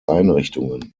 einrichtungen